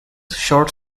short